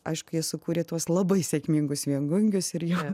aišku jie sukūrė tuos labai sėkmingus viengungius ir jo